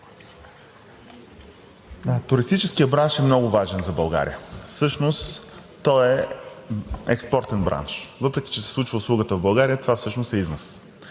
Туристическият бранш е много важен за България, всъщност той е експортен бранш. Въпреки че се случва услугата в България, това всъщност е износ.